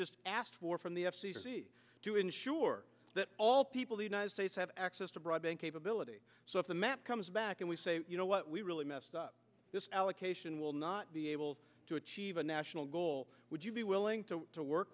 just asked for from the f c c to ensure that all people the united states have access to broadband capability so if the map comes back and we say you know what we really messed up this allocation will not be able to achieve a national goal would you be willing to work